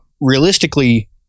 realistically